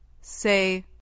Say